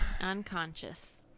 Unconscious